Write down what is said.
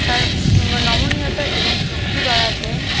আর নমনীয়তা এবং শক্তি বাড়াতে